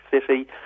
City